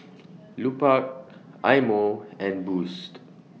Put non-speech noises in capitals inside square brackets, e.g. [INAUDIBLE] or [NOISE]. [NOISE] Lupark Eye Mo and Boost